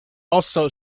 also